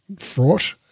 fraught